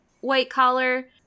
white-collar